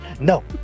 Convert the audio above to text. No